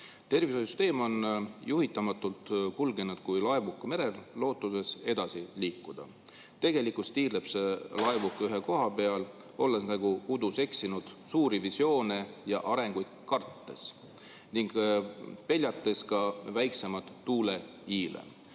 "Tervishoiusüsteem on juhitamatult kulgenud kui laevuke merel, lootuses edasi liikuda. Tegelikult tiirleb see laevuke ühe koha peal, olles nagu udus eksinud, suuri visioone ja arenguid kartes ning peljates ka väiksemaid tuuleiile."